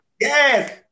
Yes